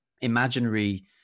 imaginary